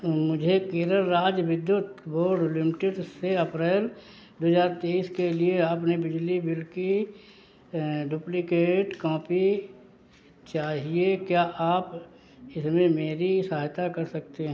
मुझे केरल राज्य विद्युत बोर्ड लिमिटेड से अप्रैल दो हज़ार तेईस के लिए अपने बिजली बिल की डुप्लिकेट काँपी चाहिए क्या आप इसमें मेरी सहायता कर सकते हैं